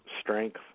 strength